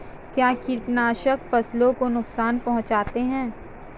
क्या कीटनाशक फसलों को नुकसान पहुँचाते हैं?